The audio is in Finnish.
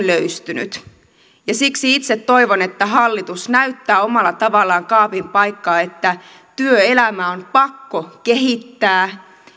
löystyneet siksi itse toivon että hallitus näyttää omalla tavallaan kaapin paikkaa että työelämää on pakko kehittää